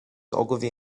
ogilvy